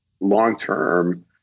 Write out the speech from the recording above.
long-term